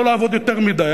לא לעבוד יותר מדי.